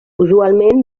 usualment